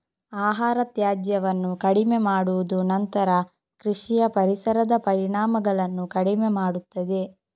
ಆಹಾರ ತ್ಯಾಜ್ಯವನ್ನು ಕಡಿಮೆ ಮಾಡುವುದು ನಂತರ ಕೃಷಿಯ ಪರಿಸರದ ಪರಿಣಾಮಗಳನ್ನು ಕಡಿಮೆ ಮಾಡುತ್ತದೆ